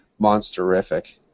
monsterific